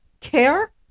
care